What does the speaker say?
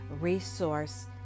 resource